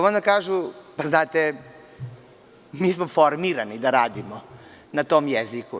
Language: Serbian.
Oni kažu – znate, mi smo formirani da radimo na tom jeziku.